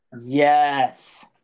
Yes